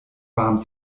warm